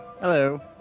Hello